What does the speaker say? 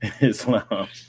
Islam